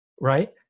right